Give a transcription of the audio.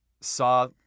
saw